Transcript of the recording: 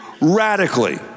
radically